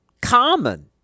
common